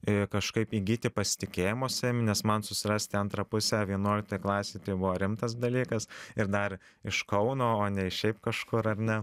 i kažkaip įgyti pasitikėjimo savimi nes man susirasti antrą pusę vienuoliktoj klasėj tai buvo rimtas dalykas ir dar iš kauno o ne iš šiaip kažkur ar ne